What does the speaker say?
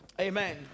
amen